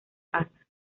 casa